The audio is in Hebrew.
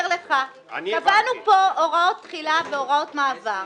קבענו פה הוראות תחילה והוראות מעבר.